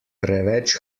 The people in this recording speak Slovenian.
preveč